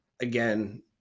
again